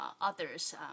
others